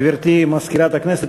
גברתי מזכירת הכנסת,